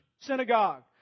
synagogue